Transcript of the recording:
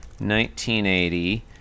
1980